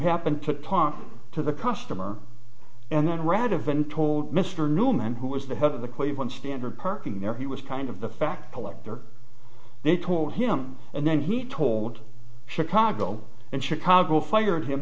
happened to talk to the customer and then read have been told mr newman who was the head of the cleveland standard parking there he was kind of the fact collector they told him and then he told chicago and chicago fired him